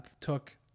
took